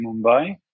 Mumbai